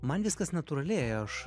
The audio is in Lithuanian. man viskas natūraliai aš